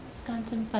wisconsin,